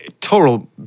total